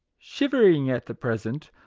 shivering at the present,